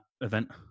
event